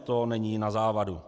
To není na závadu.